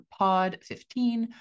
POD15